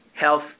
health